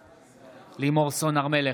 בעד לימור סון הר מלך,